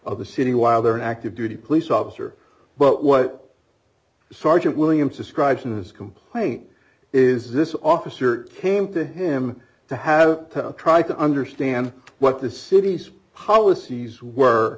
of the city while there an active duty police officer but what sergeant williams describes in his complaint is this officer came to him to have to try to understand what the city's policies were